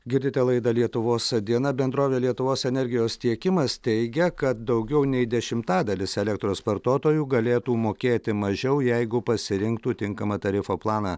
girdite laidą lietuvos diena bendrovė lietuvos energijos tiekimas teigia kad daugiau nei dešimtadalis elektros vartotojų galėtų mokėti mažiau jeigu pasirinktų tinkamą tarifo planą